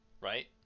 right